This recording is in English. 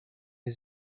was